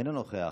אינו נוכח.